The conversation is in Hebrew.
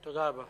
תודה.